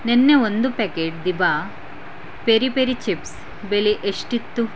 ನೆನ್ನೆ ಒಂದು ಪ್ಯಾಕೆಟ್ ದಿಭಾ ಪೆರಿ ಪೆರಿ ಚಿಪ್ಸ್ ಬೆಲೆ ಎಷ್ಟಿತ್ತು